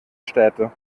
städte